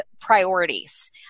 priorities